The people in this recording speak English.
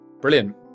Brilliant